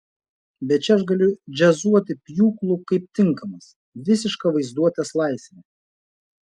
bet čia aš galiu džiazuoti pjūklu kaip tinkamas visiška vaizduotės laisvė